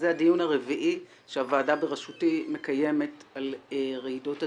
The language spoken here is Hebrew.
זה הדיון הרביעי שהוועדה בראשותי מקיימת על רעידות אדמה,